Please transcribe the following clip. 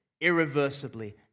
irreversibly